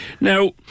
Now